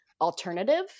alternative